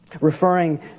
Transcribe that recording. referring